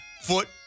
foot